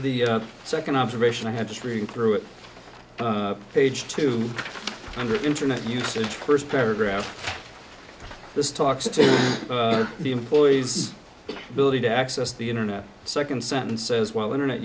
then the second observation i had just read through it page two hundred internet usage first paragraph this talks to the employees building to access the internet second sentence says well internet